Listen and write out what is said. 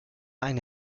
eine